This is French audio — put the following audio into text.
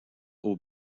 aux